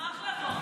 נשמח לבוא.